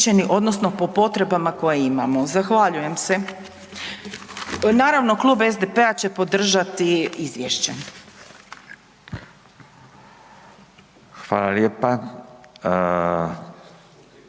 odnosno po potrebama koje imamo. Zahvaljujem se. Naravno, Klub SDP-a će podržati izvješće. **Radin,